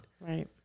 Right